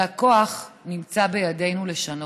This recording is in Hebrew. והכוח נמצא בידינו לשנות.